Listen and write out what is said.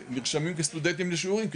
נרשמים כסטודנטים לשיעורים,